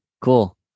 cool